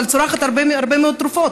אבל היא צורכת הרבה מאוד תרופות.